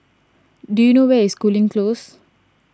do you know where is Cooling Close